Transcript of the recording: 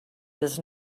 does